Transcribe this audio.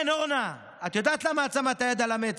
כן, אורנה, את יודעת למה את שמה את היד על המצח?